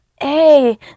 hey